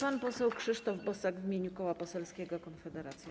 Pan poseł Krzysztof Bosak w imieniu Koła Poselskiego Konfederacja.